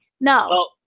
No